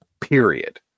period